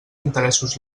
interessos